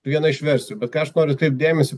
viena iš versijų ką aš noriu atkreipt dėmesį